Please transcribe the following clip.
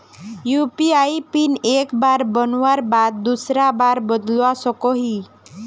UPI PIN एक बार बनवार बाद दूसरा बार बदलवा सकोहो ही?